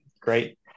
great